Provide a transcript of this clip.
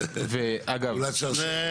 פעולת שרשרת.